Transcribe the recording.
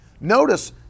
Notice